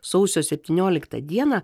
sausio septyniolikatą dieną